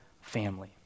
family